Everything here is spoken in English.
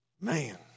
man